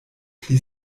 pli